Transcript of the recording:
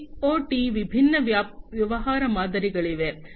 ಆದ್ದರಿಂದ ಐಒಟಿಗೆ ವಿಭಿನ್ನ ವ್ಯವಹಾರ ಮಾದರಿಗಳಿವೆ